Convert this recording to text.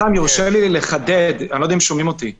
כשעשיתי ציפורניים לא היה שום מרחק של שני מטר.